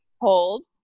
hold